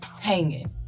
hanging